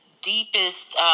deepest